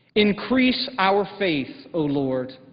increase our faith, o lord,